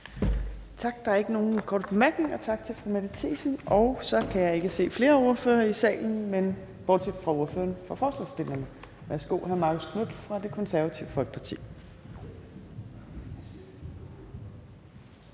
Tak. Der er ikke nogen korte bemærkninger. Tak til fru Mette Thiesen. Og så kan jeg ikke se flere ordførere i salen, bortset fra ordføreren for forslagsstillerne. Værsgo, hr. Marcus Knuth fra Det Konservative Folkeparti.